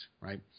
right